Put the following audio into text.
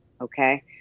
okay